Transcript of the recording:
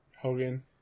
Hogan